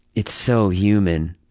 it's so human.